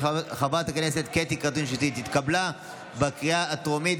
חברת הכנסת קטי קטרין שטרית התקבלה בקריאה הטרומית,